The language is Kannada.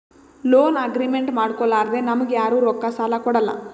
ಲೋನ್ ಅಗ್ರಿಮೆಂಟ್ ಮಾಡ್ಕೊಲಾರ್ದೆ ನಮ್ಗ್ ಯಾರು ರೊಕ್ಕಾ ಸಾಲ ಕೊಡಲ್ಲ